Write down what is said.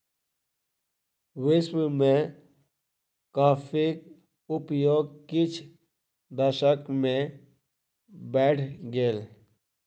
विश्व में कॉफ़ीक उपयोग किछ दशक में बैढ़ गेल